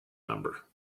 number